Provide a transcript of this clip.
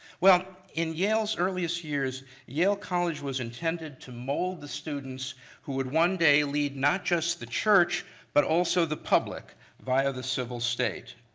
well, in yale's earliest years, yale college was intended to mold the students who would one day lead not just the church but also the public via the civil state.